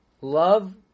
love